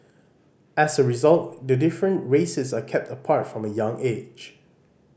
as a result the different races are kept apart from a young age